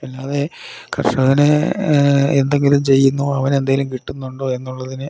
അല്ലാതെ കർഷകനെ എന്തെങ്കിലും ചെയ്യുന്നു അവനെന്തെങ്കിലും കിട്ടുന്നുണ്ടോ എന്നുള്ളതിന്